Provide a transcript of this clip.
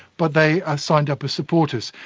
but they are signed up as supporters.